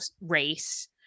race